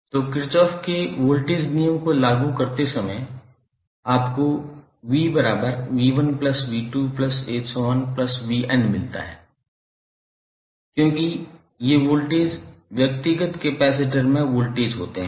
तो किरचॉफ के वोल्टेज नियम को लागू करते समय आपको 𝑣1𝑣2⋯𝑣𝑛 मिलता है क्योंकि ये वोल्टेज व्यक्तिगत कैपेसिटर में वोल्टेज होते हैं